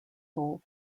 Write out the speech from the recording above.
sole